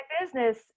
business